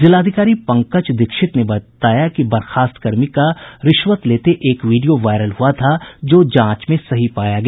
जिलाधिकारी पंकज दीक्षित ने बताया कि बर्खास्त कर्मी का रिश्वत लेते एक वीडियो वायरल हुआ था जो जांच में सही पाया गया